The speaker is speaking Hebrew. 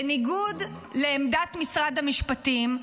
בניגוד לעמדת משרד המשפטים,